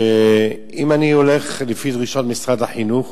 שאם אני הולך לפי דרישות משרד החינוך,